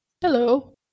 Hello